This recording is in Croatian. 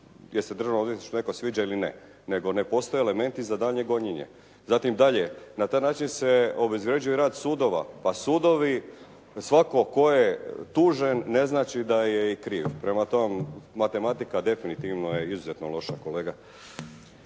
jer se državnom odvjetništvu netko sviđa ili ne, nego ne postoje elementi za daljnje gonjenje. Zatim dalje, na taj način se obezvređuje rad sudova. Pa sudovi, svatko tko je tužen ne znači da je i kriv, prema tome matematika definitivno je izuzetno loša, kolega.